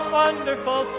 wonderful